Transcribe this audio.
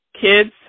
kids